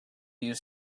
use